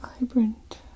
vibrant